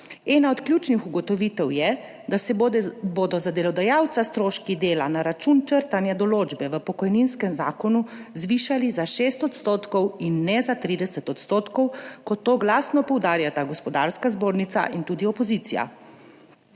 Ena od ključnih ugotovitev je, da se bodo za delodajalca stroški dela na račun črtanja določbe v pokojninskem zakonu zvišali za 6 %, in ne za 30 %, kot to glasno poudarjata Gospodarska zbornica in tudi opozicija.